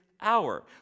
hour